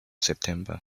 september